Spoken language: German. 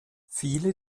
viele